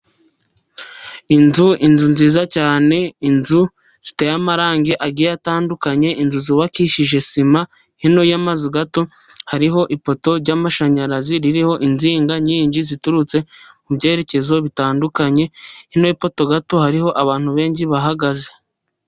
Inzu nziza cyane, inzu ziteye amarangi agiye atandukanye, inzu zubabakishije sima. Hejuru y'amazu gato hariho ipoto y'amashanyarazi ririho inzinga nyinshi ziturutse mu byerekezo bitandukanye, hepfo gato hariho abantu benshi bahagaze.